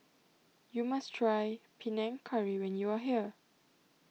you must try Panang Curry when you are here